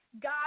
God